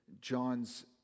John's